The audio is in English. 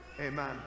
Amen